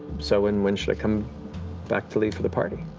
so when when should i come back to leave for the party?